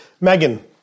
Megan